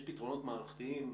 יש פתרונות מערכתיים.